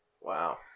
Wow